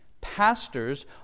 Pastors